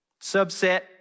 Subset